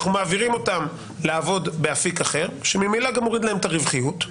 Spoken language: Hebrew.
אנחנו מעבירים אותם לעבוד באפיק אחר שממילא גם מוריד להם את הרווחיות,